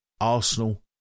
Arsenal